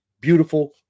Beautiful